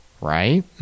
right